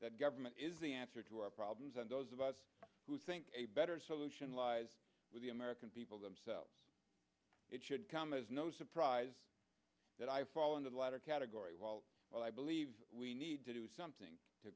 that government is the answer to our problems and those of us who think a better solution lies with the american people themselves it should come as no surprise that i fall into the latter category while i believe we need to do something to